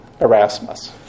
Erasmus